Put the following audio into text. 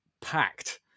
packed